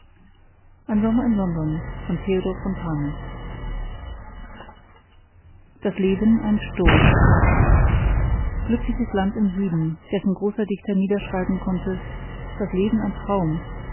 das leben ein sturm glückliches land im süden dessen großer dichter niederschreiben konnte das leben ein traum